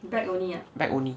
back only